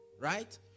right